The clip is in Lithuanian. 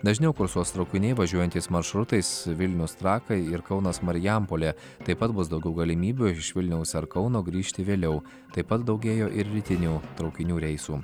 dažniau kursuos traukiniai važiuojantys maršrutais vilnius trakai ir kaunas marijampolė taip pat bus daugiau galimybių iš vilniaus ar kauno grįžti vėliau taip pat daugėjo ir rytinių traukinių reisų